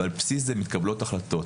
ועל בסיס זה מתקבלות החלטות.